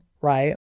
right